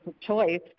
choice